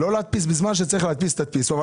בזמן שצריך להדפיס תדפיסו.